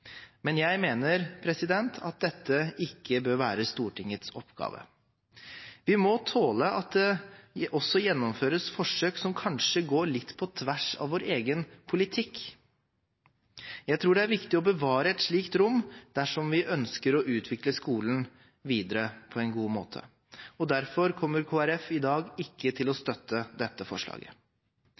Men jeg mener at dette ikke bør være Stortingets oppgave. Vi må tåle at det også gjennomføres forsøk som kanskje går litt på tvers av vår egen politikk. Jeg tror det er viktig å bevare et slikt rom dersom vi ønsker å utvikle skolen videre på en god måte. Derfor kommer Kristelig Folkeparti i dag ikke til å støtte dette forslaget.